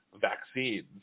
vaccines